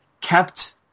kept